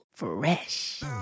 fresh